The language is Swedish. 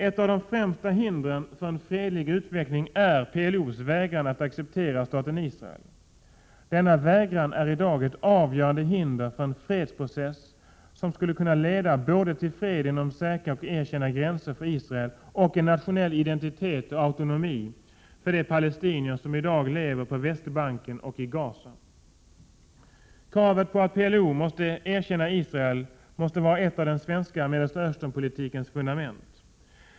Ett av de främsta hindren för en fredlig utveckling är PLO:s vägran att acceptera staten Israel. Denna vägran är i dag ett avgörande hinder för en fredsprocess som skulle kunna leda både till fred inom säkra och erkända gränser för Israel och en nationell identitet och autonomi för de palestinier som i dag lever på Västbanken och i Gaza. Kravet att PLO skall erkänna Israel måste vara ett av den svenska Mellersta Östern-politikens fundament.